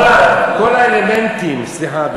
סליחה,